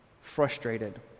frustrated